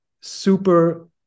super